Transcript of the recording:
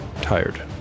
tired